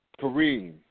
Kareem